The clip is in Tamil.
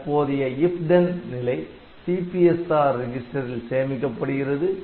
தற்போதைய IF THEN நிலை CPSR ரிஜிஸ்டரில் சேமிக்கப்படுகிறது